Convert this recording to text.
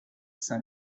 sein